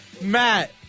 Matt